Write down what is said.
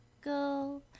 go